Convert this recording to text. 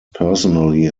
personally